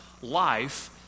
life